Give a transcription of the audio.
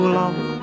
love